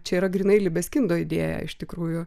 čia yra grynai libeskindo idėja iš tikrųjų